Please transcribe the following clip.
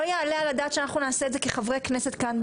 לא יעלה על הדעת שאנחנו נעשה את זה כחברי כנסת כאן,